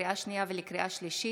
לקריאה שנייה ולקריאה שלישית: